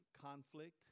conflict